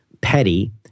petty